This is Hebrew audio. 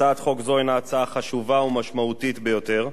הצעת חוק זו הינה הצעה חשובה ומשמעותית ביותר,